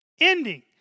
ending